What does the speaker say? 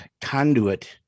conduit